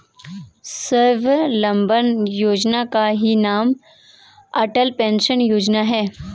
स्वावलंबन योजना का ही नाम अटल पेंशन योजना है